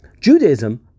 Judaism